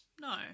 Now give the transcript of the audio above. No